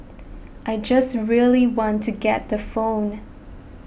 I just really want to get the phone